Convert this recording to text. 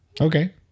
Okay